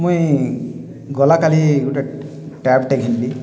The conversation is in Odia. ମୁଇଁ ଗଲା କାଲି ଗୋଟେ ଟ୍ୟାବଟେ ଘିନ୍ଲି